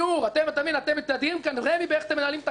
אתם מתהדרים פה, רמ"י, באיך אתם מנהלים את הקרקע.